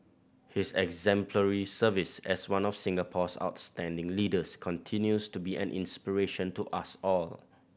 his exemplary service as one of Singapore's outstanding leaders continues to be an inspiration to us all